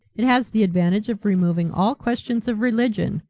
it has the advantage of removing all questions of religion,